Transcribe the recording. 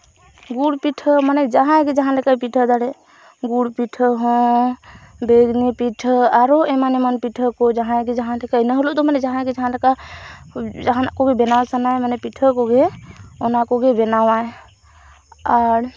ᱜᱩᱲ ᱯᱤᱴᱷᱟᱹ ᱢᱟᱱᱮ ᱡᱟᱦᱟᱸᱭ ᱜᱮ ᱡᱟᱦᱟᱸ ᱞᱮᱠᱟᱭ ᱯᱤᱴᱷᱟᱹ ᱫᱟᱲᱮᱜ ᱜᱩᱲ ᱯᱤᱴᱷᱟᱹ ᱦᱚᱸ ᱵᱮᱨᱱᱤ ᱯᱤᱴᱷᱟᱹ ᱟᱨᱚ ᱮᱢᱟᱱ ᱮᱢᱟᱱ ᱯᱤᱴᱷᱟᱹ ᱠᱚ ᱡᱟᱦᱟᱸᱭ ᱜᱮ ᱡᱟᱦᱟᱸ ᱞᱮᱠᱟ ᱚᱱᱟ ᱦᱤᱞᱳᱜ ᱫᱚ ᱢᱟᱱᱮ ᱡᱟᱦᱟᱸᱭ ᱫᱚ ᱡᱟᱦᱟᱸ ᱞᱮᱠᱟ ᱡᱟᱦᱟᱱᱟᱜ ᱠᱚ ᱵᱮᱱᱟᱣ ᱥᱟᱱᱟᱭᱮ ᱢᱟᱱᱮ ᱯᱤᱴᱷᱟᱹ ᱠᱚᱜᱮ ᱚᱱᱟ ᱠᱚᱜᱮᱭ ᱵᱮᱱᱟᱣᱟ ᱟᱨ